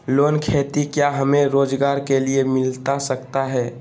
Loan खेती क्या हमें रोजगार के लिए मिलता सकता है?